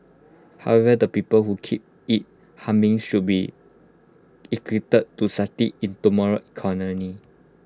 however the people who keep IT humming should be equipped to succeed in tomorrow's economy